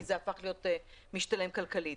זה הפך להיות משתלם כלכלית.